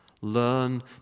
learn